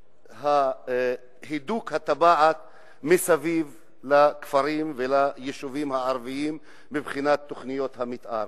ולהידוק הטבעת מסביב לכפרים וליישובים הערביים מבחינת תוכניות המיתאר.